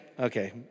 Okay